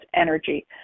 energy